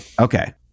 Okay